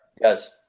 yes